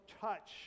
touch